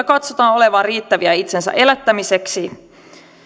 katsotaan olevan riittäviä itsensä elättämiseksi